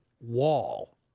wall